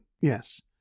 Yes